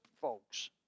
Folks